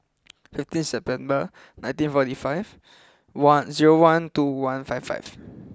fifteen September nineteen forty five one zero one two one five five